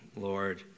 Lord